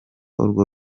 urwo